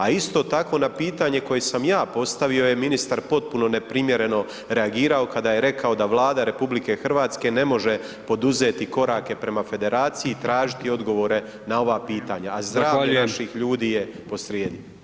A isto tako na pitanje koje sam ja postavio je ministar potpuno neprimjereno reagirao kada je rekao da Vlada RH ne može poduzeti korake prema federaciji i tražiti odgovore na ova pitanja [[Upadica: Zahvaljujem]] a zdravlje naših ljudi je po srijedi.